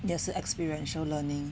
也是 experiential learning